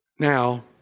Now